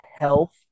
health